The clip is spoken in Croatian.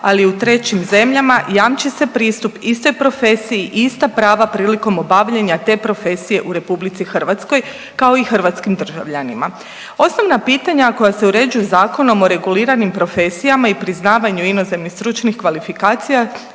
ali u trećim zemljama i jamči se pristup istoj profesiji i ista prava prilikom obavljanja te profesije u RH, kao i hrvatskim državljanima. Osnovna pitanja koja se uređuju Zakonom o reguliranim profesijama i priznavanju inozemnih stručnih kvalifikacija